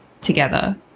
together